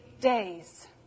days